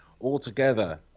altogether